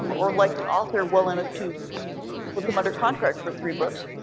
um or like an author well enough to put them under contract for three books,